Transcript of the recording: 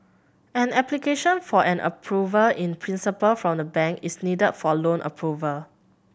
an application for an Approval in Principle from the bank is needed for loan approval